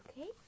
okay